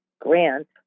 grant